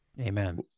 Amen